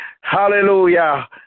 Hallelujah